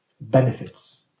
benefits